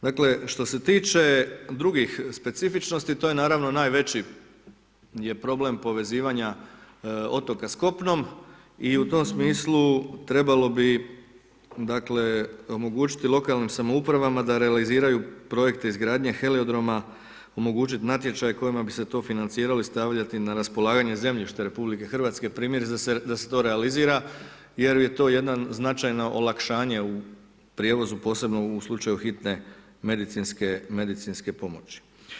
Dakle, što se tiče drugih specifičnosti to je naravno najveći problem povezivanja otoka s kopnom i u tom smislu trebalo bi, dakle omogućiti lokalnim samoupravama da realiziraju projekte izgradnje heliodroma, omogućiti natječaj kojima bi se to financiralo i stavljati na raspolaganje zemljište Republike Hrvatske primjerice da se to realizira, jer je to jedno značajno olakšanje u prijevozu posebno u slučaju hitne medicinske pomoći.